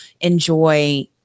enjoy